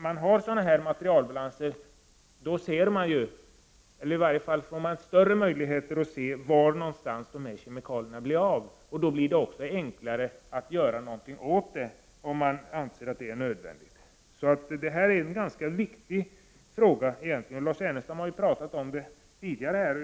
Med materialbalanser får man större möjligheter att se vart kemikalierna tar vägen. Då blir det också enklare att göra någonting åt det, om man anser att det är nödvändigt. Detta är en ganska viktig fråga. Lars Ernestam har pratat om den tidigare här.